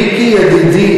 מיקי ידידי,